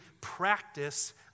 practice